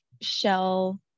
shell